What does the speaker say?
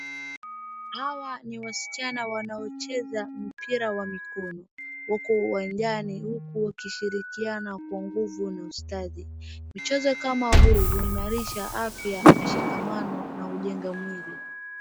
Hawa ni wasichana wanaocheza mpira wa mikono. Wako uwanjani huku wakishirikiana kwa nguvu na ustadi. Michezo kama huu huimarisha afya, mshikamano na hujenga mwili.